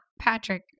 Patrick